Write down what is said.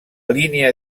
línia